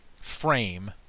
frame